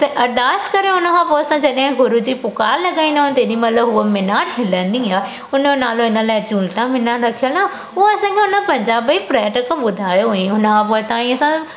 त अरदासि करे उनखां पोइ असां जॾहिं गुरू जी पुकार लॻाईंदा आहियूं तेॾीमहिल हूअ मीनार हिलंदी आहे हुनजो नालो हिन लाइ झूलता मीनार रखियलु आहे हूअ असांखे हुन पंजाब जे पर्यटक ॿुधायो हुयाईं हुन खां पोइ ताईं सभु